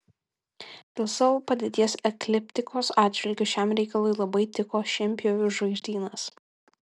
dėl savo padėties ekliptikos atžvilgiu šiam reikalui labai tiko šienpjovių žvaigždynas